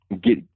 get